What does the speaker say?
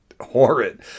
horrid